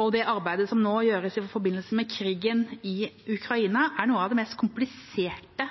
og det arbeidet som nå gjøres i forbindelse med krigen i Ukraina, er noe av det mest kompliserte